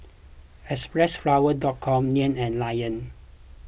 Xpressflower dot com Nan and Lion